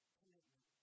commitment